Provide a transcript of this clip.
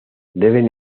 deben